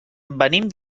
venim